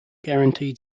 guaranteed